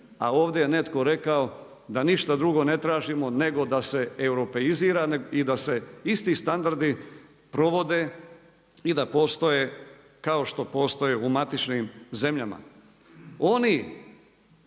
a ovdje je netko rekao da ništa drugo ne tražimo nego da se europeizira i da se isti standardi provode i da postoje kao što postoje u matičnim zemljama.